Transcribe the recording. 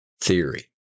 theory